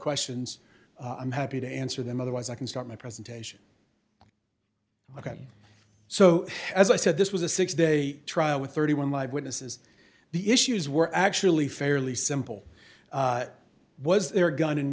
questions i'm happy to answer them otherwise i can start my presentation ok so as i said this was a six day trial with thirty one live witnesses the issues were actually fairly simple was there gun in